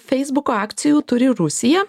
feisbuko akcijų turi rusija